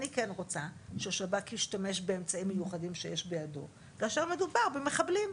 אני כן רוצה ששב"כ ישתמש באמצעים מיוחדים שיש בידו כאשר מדובר במחבלים.